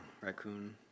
Raccoon